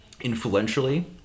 Influentially